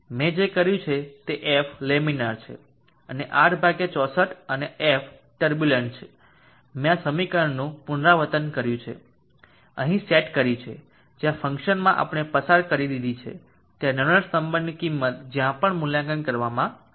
મેં જે કર્યું છે તે f લેમિનેર છે R 64 અને f ટર્બુલન્ટ છે મેં આ સમીકરણનું પુનરાવર્તન કર્યું છે અહીં સેટ કર્યું છે જ્યાં ફંકશનમાં આપણે પસાર કરી દીધી છે ત્યાં રેનોલ્ડ્સ નંબરની કિંમત જ્યાં પણ મૂલ્યાંકન કરવામાં આવે છે